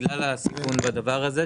בגלל הסיכון בדבר הזה,